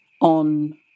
on